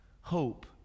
hope